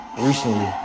recently